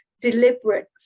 deliberate